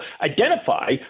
identify